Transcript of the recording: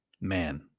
man